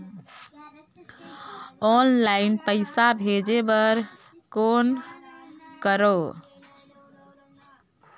Online पईसा भेजे बर कौन करव?